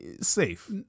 safe